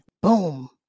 Boom